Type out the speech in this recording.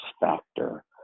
factor